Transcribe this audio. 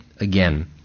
again